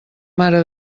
mare